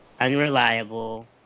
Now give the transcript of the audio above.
unreliable